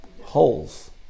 Holes